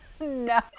No